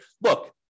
look